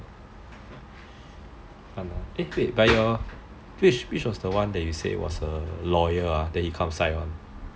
eh wait but your which was the one you said was a lawyer then he come sign on